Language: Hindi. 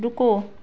रुको